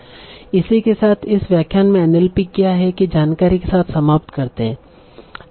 इसी के साथ इस व्याख्यान मे एनएलपी क्या है कि जानकारी के साथ समाप्त करते है